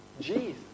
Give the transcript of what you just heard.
Jesus